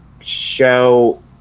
show